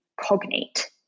cognate